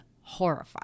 horrified